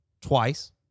twice